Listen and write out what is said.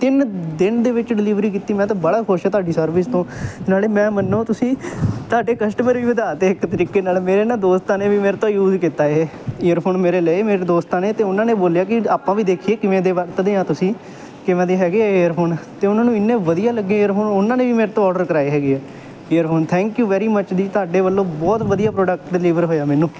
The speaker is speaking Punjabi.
ਤਿੰਨ ਦਿਨ ਦੇ ਵਿੱਚ ਡਿਲੀਵਰੀ ਕੀਤੀ ਮੈਂ ਤਾਂ ਬਾਹਲਾ ਖੁਸ਼ ਹਾਂ ਤੁਹਾਡੀ ਸਰਵਿਸ ਤੋਂ ਨਾਲੇ ਮੈਂ ਮੰਨੋ ਤੁਸੀਂ ਤੁਹਾਡੇ ਕਸਟਮਰ ਵੀ ਵਧਾ ਤੇ ਇੱਕ ਤਰੀਕੇ ਨਾਲ ਮੇਰੇ ਨਾਲ ਦੋਸਤਾਂ ਨੇ ਵੀ ਮੇਰੇ ਤੋਂ ਯੂਜ਼ ਕੀਤਾ ਇਹ ਏਅਰਫੋਨ ਮੇਰੇ ਲਏ ਮੇਰੇ ਦੋਸਤਾਂ ਨੇ ਅਤੇ ਉਹਨਾਂ ਨੇ ਬੋਲਿਆ ਕਿ ਆਪਾਂ ਵੀ ਦੇਖੀਏ ਕਿਵੇਂ ਦੇ ਵਰਤਦੇ ਆ ਤੁਸੀਂ ਕਿਵੇਂ ਦੇ ਹੈਗੇ ਏਅਰਫੋਨ ਅਤੇ ਉਹਨਾਂ ਨੂੰ ਇੰਨੇ ਵਧੀਆ ਲੱਗੇ ਏਅਰਫੋਨ ਉਹਨਾਂ ਨੇ ਵੀ ਮੇਰੇ ਤੋਂ ਆਰਡਰ ਕਰਾਏ ਹੈਗੇ ਆ earphone thank you very much ਜੀ ਤੁਹਾਡੇ ਵੱਲੋਂ ਬਹੁਤ ਵਧੀਆ ਪ੍ਰੋਡਕਟ ਡਿਲੀਵਰ ਹੋਇਆ ਮੈਨੂੰ